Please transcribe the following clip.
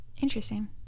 Interesting